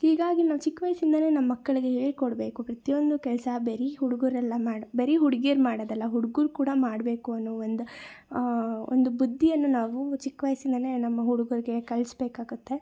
ಹೀಗಾಗಿ ನಾವು ಚಿಕ್ಕ ವಯಸ್ಸಿನಲ್ಲೇ ನಮ್ಮ ಮಕ್ಕಳಿಗೆ ಹೇಳಿಕೊಡ್ಬೇಕು ಪ್ರತಿಯೊಂದು ಕೆಲಸ ಬರೀ ಹುಡುಗರಲ್ಲ ಮಾಡಿ ಬರೀ ಹುಡ್ಗೀರು ಮಾಡೋದಲ್ಲ ಹುಡ್ಗರು ಕೂಡ ಮಾಡಬೇಕು ಅನ್ನೋ ಒಂದು ಒಂದು ಬುದ್ದಿಯನ್ನು ನಾವು ಚಿಕ್ಕ ವಯ್ಸಿಂದಲೇ ನಮ್ಮ ಹುಡ್ಗರಿಗೆ ಕಲಿಸ್ಬೇಕಾಗುತ್ತೆ